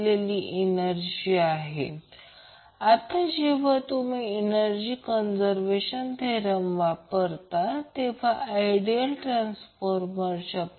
म्हणून मला ते स्पष्ट करू द्या म्हणून 12 पॉवर फ्रिक्वेन्सीजवर नेट रिअॅक्टन्स रेजिस्टन्स आहे